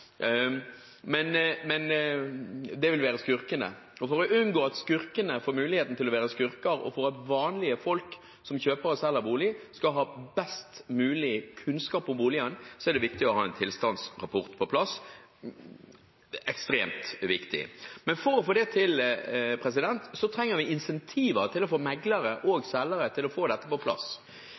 men dette vil være skurkene. For å unngå at skurkene får muligheten til å være skurker, og for at vanlige folk som kjøper og selger bolig skal ha best mulig kunnskap om boligen, er det ekstremt viktig å ha en tilstandsrapport på plass. Men for å få til det trenger vi incentiver som kan få meglere og selgere til å få dette på plass.